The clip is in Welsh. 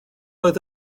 oedd